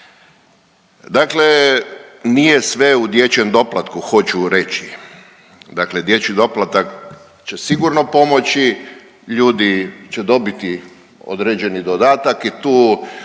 Dakle nije sve u dječjem doplatku, hoću reći. Dakle dječji doplatak će sigurno pomoći, ljudi će dobiti određeni dodatak i tu